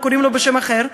או שקוראים להם בשם אחר,